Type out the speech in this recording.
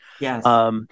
Yes